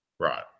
Right